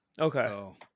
Okay